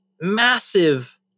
massive